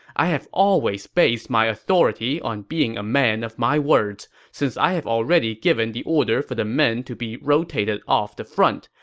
i have always based my authority on being a man of my words. since i have already given the order for the men to be rotated off the front,